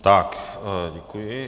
Tak, děkuji.